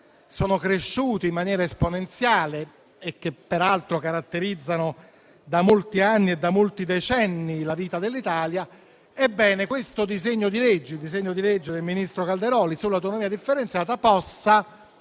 sono cresciuti in maniera esponenziale e che caratterizzano da molti decenni la vita dell'Italia - questo disegno di legge del ministro Calderoli sull'autonomia differenziata possa